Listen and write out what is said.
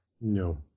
No